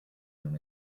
non